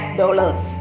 dollars